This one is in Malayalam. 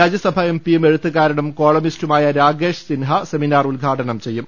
രാജ്യ സഭാ എം പിയും എഴുത്തുകാരനും കോളമിസ്റ്റുമായ രാകേഷ് സിൻഹ സെമിനാർ ഉദ്ഘാ ടനം ചെയ്യും